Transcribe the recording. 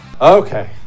Okay